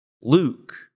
Luke